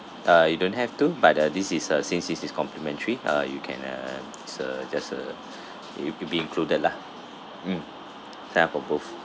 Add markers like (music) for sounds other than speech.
uh you don't have to but uh this is uh since this is complimentary uh you can uh it's a just uh (breath) it can be included lah mm ha for both